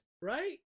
right